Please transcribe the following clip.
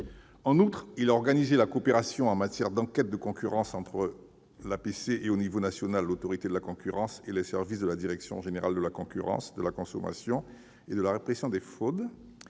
En outre, il a organisé la coopération en matière d'enquêtes de concurrence entre l'Autorité polynésienne de la concurrence et, au niveau national, l'Autorité de la concurrence et les services de la Direction générale de la concurrence, de la consommation et de la répression des fraudes.